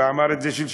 הוא אמר את זה שלשום: